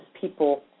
people